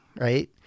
right